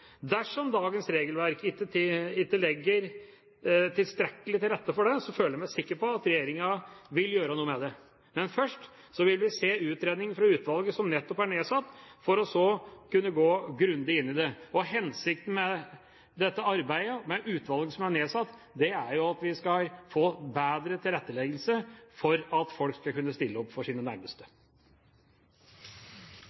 Dersom dagens regelverk ikke legger tilstrekkelig til rette for det, føler jeg meg sikker på at regjeringa vil gjøre noe med det. Men først vil vi se utredningen fra utvalget som nettopp er nedsatt, for så å kunne gå grundig inn i det. Hensikten med dette arbeidet og det utvalget som er nedsatt, er jo å legge bedre til rette for at folk skal kunne stille opp for sine nærmeste.